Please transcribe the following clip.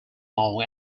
long